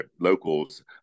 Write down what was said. locals